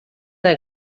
del